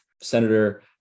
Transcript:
Senator